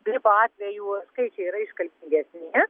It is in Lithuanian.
gripo atvejų skaičiai yra iškalbingesni